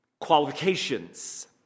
qualifications